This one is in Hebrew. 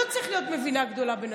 לא צריך להיות מבינה גדולה בנשים,